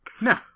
No